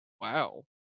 Wow